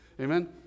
Amen